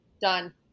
Done